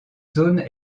zone